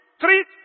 three